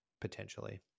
potentially